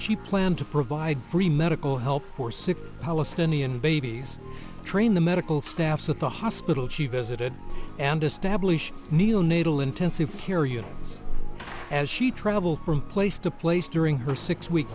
she planned to provide free medical help for sick palestinian babies train the medical staff at the hospital she visited and establish neonatal intensive care unit as she traveled from place to place during her six week